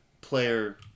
player